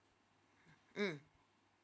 mm